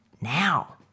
now